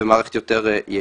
בגוש דן.